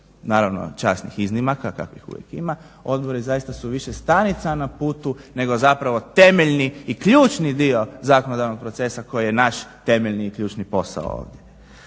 naravno časnih iznimaka kakvih uvijek ima, odbori zaista su više stanica na putu nego zapravo temeljni i ključni dio zakonodavnog procesa koji je naš temeljni i ključni posao ovdje.